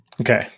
Okay